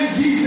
Jesus